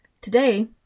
Today